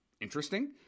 interesting